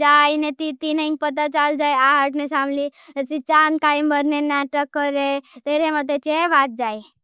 जाईने ती तीनें पता चाल जाई। आहाटने सामली ती चान काई मरने नाठक करे तेरें अते चे बात जाई।